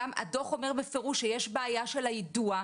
גם הדוח אומר בפירוש שיש בעיה של היידוע,